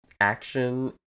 action